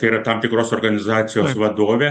tai yra tam tikros organizacijos vadovė